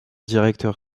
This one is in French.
directeur